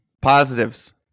positives